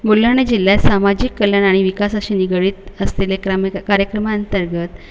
बुलढाणा जिल्ह्यात सामाजिक कल्याण आणि विकासाशी निगडित असलेले क्रामे कार्यक्रमा अंतर्गत